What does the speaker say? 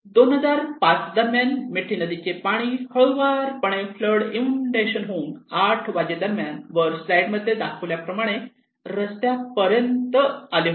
2005 दरम्यान मिठी नदी चे पाणी हळुवारपणे फ्लड इंउंडेशन्स होऊन आठ वाजेदरम्यान वर स्लाईड मध्ये दाखविल्याप्रमाणे रस्त्यापर्यंत आले होते